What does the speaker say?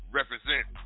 represent